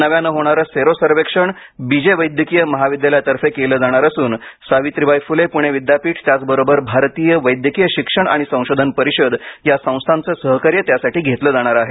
नव्यानं होणारं सेरो सर्वेक्षण बी जे वैद्यकीय महाविद्यालयातर्फे केलं जाणार असून सावित्रीबाई फुले पुणे विद्यापीठ त्याचबरोबर भारतीय वैद्यकीय शिक्षण आणि संशोधन परिषद या संस्थांचं सहकार्य त्यासाठी घेतलं जाणार आहे